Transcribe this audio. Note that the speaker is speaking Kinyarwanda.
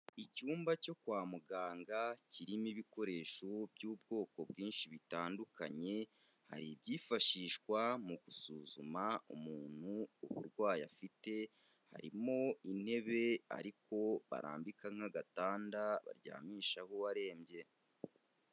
Icyumba cyo kwa muganga kirimo ibikoresho by'ubwoko bwinshi bitandukanye, hari ibyifashishwa mu gusuzuma umuntu uburwayi afite, harimo intebe ariko barambika nk'agatanda baryamishaho uwarembye.